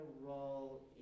role